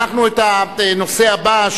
את הנושא הבא,